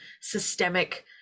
systemic